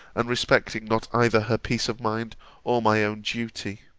and respecting not either her peace of mind or my own duty